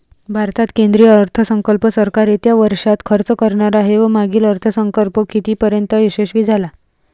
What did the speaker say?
भारतात केंद्रीय अर्थसंकल्प सरकार येत्या वर्षात खर्च करणार आहे व मागील अर्थसंकल्प कितीपर्तयंत यशस्वी झाला